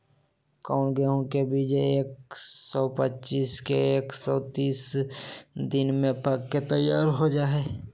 कौन गेंहू के बीज एक सौ पच्चीस से एक सौ तीस दिन में पक के तैयार हो जा हाय?